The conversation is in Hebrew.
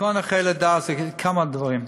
דיכאון אחרי לידה, צריך להגיד כמה דברים: